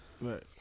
Right